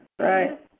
Right